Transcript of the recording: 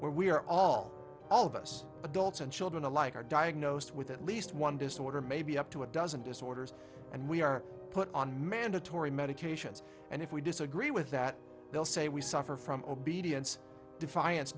where we are all all of us adults and children alike are diagnosed with at least one disorder maybe up to a dozen disorders and we are put on mandatory medications and if we disagree with that they'll say we suffer from obedience defiance